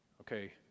Okay